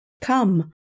Come